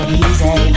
easy